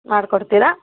ಮಾಡ್ಕೊಡ್ತೀರಾ